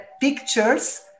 pictures